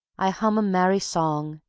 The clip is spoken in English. i hum a merry song,